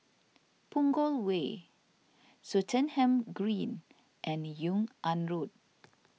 Punggol Way Swettenham Green and Yung An Road